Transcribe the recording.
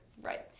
Right